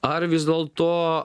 ar vis dėlto